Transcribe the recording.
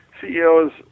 CEOs